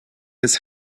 his